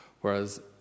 whereas